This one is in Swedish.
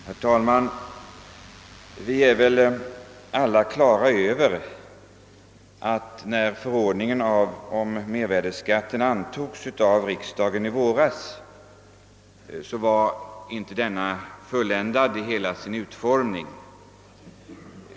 Herr talman! Vi är väl alla på det klara med att när förordningen om mervärdeskatt antogs av riksdagen i våras var den inte fulländad i hela sin utformning.